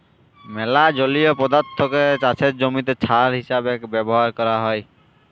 ম্যালা জলীয় পদাথ্থকে চাষের জমিতে সার হিসেবে ব্যাভার ক্যরা হ্যয়